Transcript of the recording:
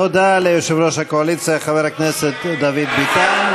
תודה ליושב-ראש הקואליציה חבר הכנסת דוד ביטן.